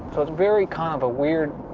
very kind of weird